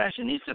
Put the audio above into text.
Fashionista